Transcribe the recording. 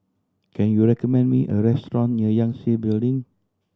can you recommend me a restaurant near Yangtze Building